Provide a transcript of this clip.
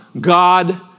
God